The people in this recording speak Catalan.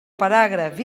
paràgraf